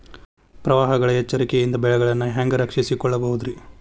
ಪ್ರವಾಹಗಳ ಎಚ್ಚರಿಕೆಯಿಂದ ಬೆಳೆಗಳನ್ನ ಹ್ಯಾಂಗ ರಕ್ಷಿಸಿಕೊಳ್ಳಬಹುದುರೇ?